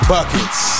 Buckets